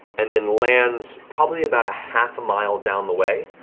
and then lands probably about a half a mile down the way.